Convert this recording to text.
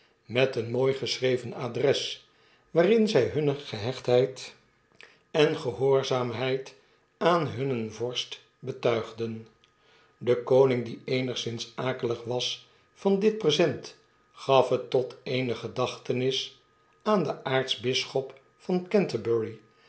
met een mooi gegeschreven adres waarin zjj hunne gehechtheid en gehoorzaamheid aan hunnen vorst betuigden de koning die eenigszins akelig was van dit present gaf het tot eene gedacntenis aan den aartsbisschop van canterbury